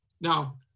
now